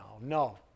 no